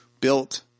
built